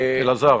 אלעזר,